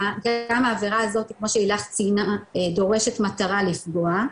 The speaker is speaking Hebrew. העבירה הזאת כמו שלילך ציינה דורשת מטרה לפגוע,